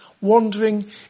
wandering